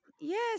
Yes